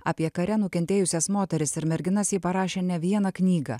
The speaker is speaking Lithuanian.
apie kare nukentėjusias moteris ir merginas ji parašė ne vieną knygą